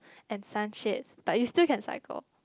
and sunshades but you still can cycle